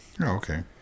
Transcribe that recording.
Okay